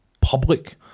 public